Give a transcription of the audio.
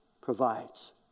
provides